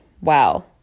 Wow